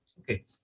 Okay